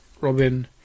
Robin